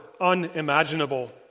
unimaginable